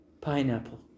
pineapple